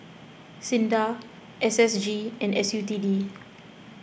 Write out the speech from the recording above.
Sinda S S G and S U T D